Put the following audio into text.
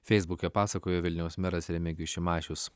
feisbuke pasakojo vilniaus meras remigijus šimašius